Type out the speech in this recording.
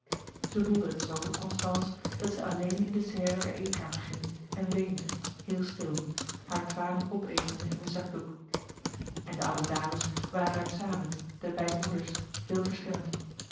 zij voelde het z constance dat zij alleen in de serre der eetkamer ging en weende heel stil hare tranen opetende in den zakdoek en de oude dames waren daar samen de beide moeders heel verschillend